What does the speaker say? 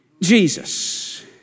Jesus